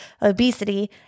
obesity